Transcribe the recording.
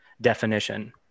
definition